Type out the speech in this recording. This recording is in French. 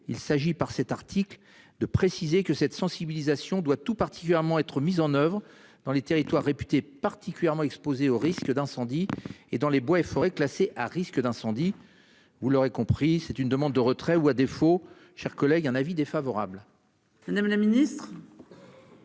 Il s'agit par cet article de préciser que cette sensibilisation doit tout particulièrement être mises en oeuvre dans les territoires réputé particulièrement exposés aux risques d'incendie, et dans les bois et forêts classées à risque d'incendie. Vous l'aurez compris, c'est une demande de retrait ou à défaut chers collègues un avis défavorable. Madame la Ministre.